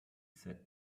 said